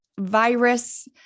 virus